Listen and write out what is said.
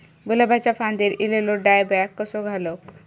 गुलाबाच्या फांदिर एलेलो डायबॅक कसो घालवं?